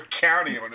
county